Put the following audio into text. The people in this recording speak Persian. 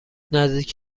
نزدیک